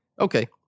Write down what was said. Okay